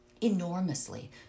enormously